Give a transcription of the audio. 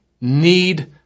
need